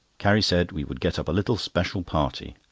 carrie said we would get up a little special party.